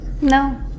No